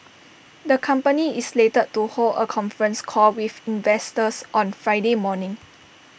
the company is slated to hold A conference call with investors on Friday morning